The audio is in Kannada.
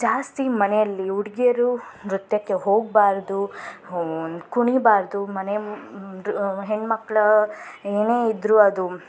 ಜಾಸ್ತಿ ಮನೆಯಲ್ಲಿ ಹುಡುಗಿಯರು ನೃತ್ಯಕ್ಕೆ ಹೋಗಬಾರದು ಕುಣಿಬಾರದು ಮನೆ ಹೆಣ್ಣುಮಕ್ಕಳ ಏನೇ ಇದ್ದರೂ ಅದು